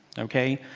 ok?